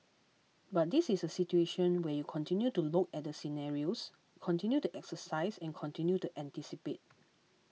but this is situation where you continue to look at the scenarios continue to exercise and continue to anticipate